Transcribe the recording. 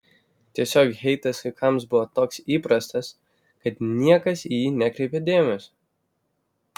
tiesiog heitas vaikams buvo toks įprastas kad niekas į jį nekreipė dėmesio